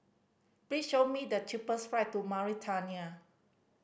please show me the cheapest flight to Mauritania